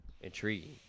intriguing